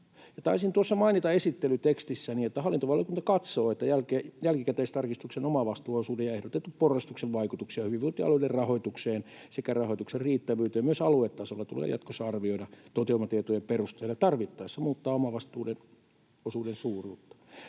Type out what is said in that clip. tuossa mainita esittelytekstissäni, että hallintovaliokunta katsoo, että jälkikäteistarkistuksen omavastuuosuuden ja ehdotetun porrastuksen vaikutuksia hyvinvointialueiden rahoitukseen sekä rahoituksen riittävyyteen myös aluetasolla tulee jatkossa arvioida toteumatietojen perusteella ja tarvittaessa muuttaa omavastuuosuuden suuruutta.